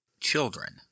children